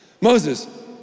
Moses